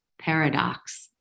paradox